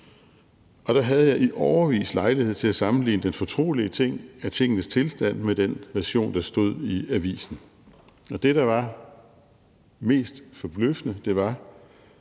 Der havde jeg i årevis lejlighed til at sammenligne den fortrolige ting, tingenes tilstand, med den version, der stod i avisen. Det, der var mest forbløffende, var,